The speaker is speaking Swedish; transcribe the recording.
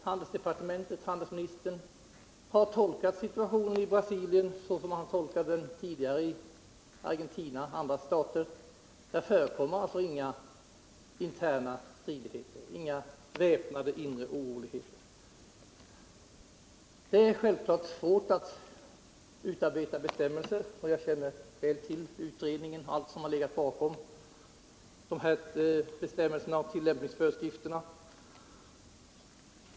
Handelsministern har uppenbarligen tolkat situationen i Brasilien så som han tidigare tolkat situationen i Argentina och i andra stater. Där förekommer alltså inga interna stridigheter, inga öppna inre oroligheter. Det är självklart svårt att utarbeta bestämmelser. Jag känner väl till utredningen och allt som har legat bakom de här bestämmelserna och tillämpningsföreskrifterna.